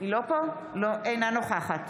אינה נוכחת